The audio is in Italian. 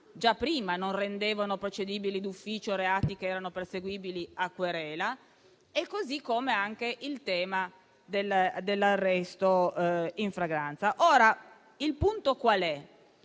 da prima non erano procedibili d'ufficio reati che erano perseguibili a querela. Lo stesso dicasi per il tema dell'arresto in flagranza. Il punto qual è?